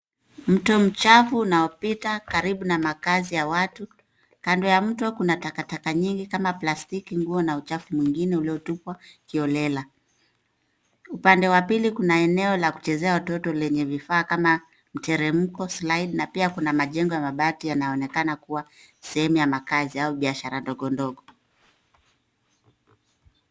Mto mchafu unaopita karibu na makazi ya watu. Kando ya mto kuna takataka nyingi kama plastiki, nguo na uchafu mwingine uliotupwa kiholela. Upande wa pili kuna eneo la kuchezea watoto lenye vifaa kama mteremko, slide na pia kuna majengo ya mabati yanaonekana kuwa sehemu ya makazi au biashara ndogo ndogo.